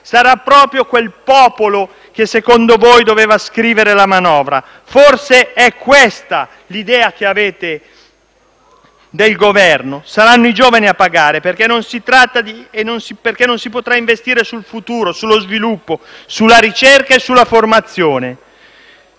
Sarà proprio quel popolo che, secondo voi, doveva scrivere la manovra. Forse è questa l'idea che avete del Governo. Saranno i giovani a pagare, perché non si potrà investire sul futuro, sullo sviluppo, sulla ricerca e sulla formazione.